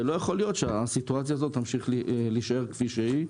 ולא יכול להיות שהסיטואציה הזו תישאר כפי שהיא.